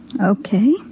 Okay